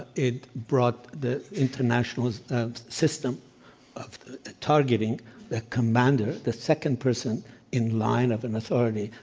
it brought the international system of targeting the commander, the second person in line of an authority.